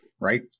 right